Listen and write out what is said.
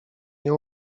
nie